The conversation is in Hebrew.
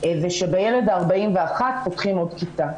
זה שבילד ה-41 פותחים עוד כיתה.